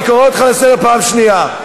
אני קורא אותך לסדר פעם שנייה.